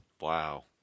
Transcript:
Wow